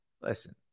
listen